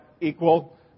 equal